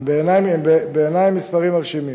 בעיני הם מספרים מרשימים.